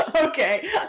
Okay